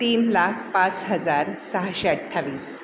तीन लाख पाच हजार सहाशे अठ्ठावीस